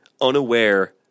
unaware